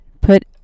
put